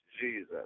Jesus